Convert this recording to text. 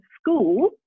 school